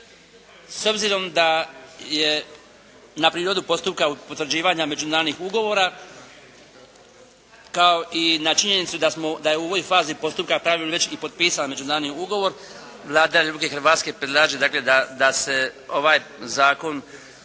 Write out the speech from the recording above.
S obzirom da je na prirodu postupka potvrđivanja međunarodnih ugovora kao i na činjenicu da je u ovoj fazi postupka u pravilu već i potpisan međunarodni ugovor Vlada Republike Hrvatske predlaže dakle da se ovaj zakon